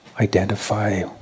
Identify